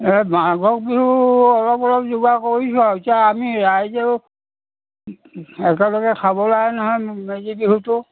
এই মাঘৰ বিহু অলপ অলপ যোগাৰ কৰিছো আৰু এতিয়া আমি ৰাইজেও একেলগে খাব লাগে নহয় মেজি বিহুটো